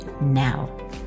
now